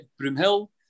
Broomhill